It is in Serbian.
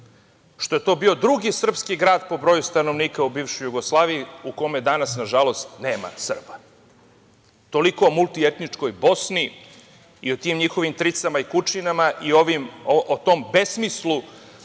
što je to bio drugi srpski grad po brojustanovnika u bivšoj Jugoslaviji u kome danas nažalost nema Srba. Toliko o multietničkoj Bosni i o tim njihovim tricama i kučinama i o tom besmislu